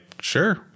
Sure